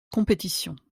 compétition